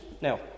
Now